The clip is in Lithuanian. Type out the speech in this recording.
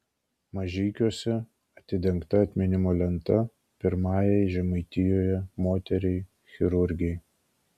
mažeikiuose atidengta atminimo lenta pirmajai žemaitijoje moteriai chirurgei